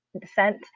descent